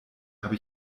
habe